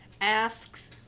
asks